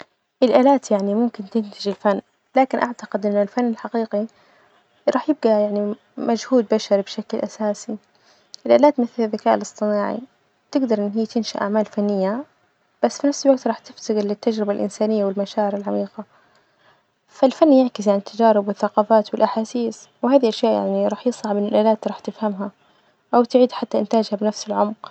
الآلات يعني ممكن تنتج الفن، لكن أعتقد إن الفن الحقيقي راح يبجى يعني مجهود بشري بشكل أساسي، الآلات مثل الذكاء الإصطناعي تجدر إن هي تنشأ أعمال فنية، بس في نفس الوجت راح تفسد التجربة الإنسانية والمشاعر العميقة، فالفن يعكس عن التجارب والثقافات والأحاسيس، وهذي أشياء يعني راح يصعب إن الآلات راح تفهمها أو تعيد حتى إنتاجها بنفس العمق.